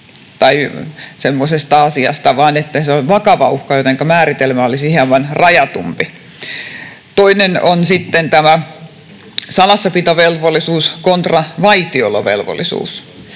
tai semmoisesta asiasta vaan että se on vakava uhka, jotenka määritelmä olisi hieman rajatumpi. Toinen on sitten tämä salassapitovelvollisuus kontra vaitiolovelvollisuus.